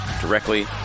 directly